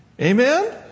Amen